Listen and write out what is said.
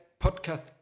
podcast